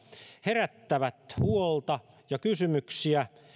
herättävät huolta ja kysymyksiä